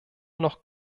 noch